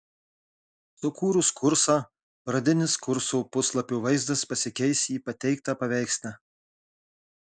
sukūrus kursą pradinis kurso puslapio vaizdas pasikeis į pateiktą paveiksle